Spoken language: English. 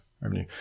revenue